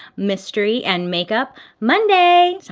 mystery and makeup monday!